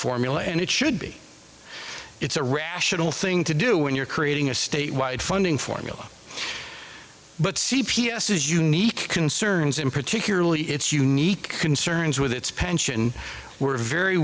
formula and it should be it's a rational thing to do when you're creating a statewide funding formula but c p s has unique concerns and particularly its unique concerns with its pension were very